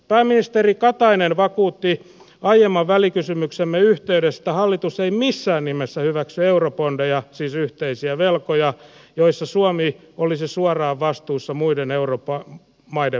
pääministeri katainen vakuutti aiemman välikysymyksemme yhteydessä että hallitus ei missään nimessä hyväksy eurobondeja siis yhteisiä velkoja joissa suomi olisi suoraan vastuussa muiden euromaiden veloista